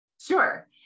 Sure